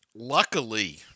Luckily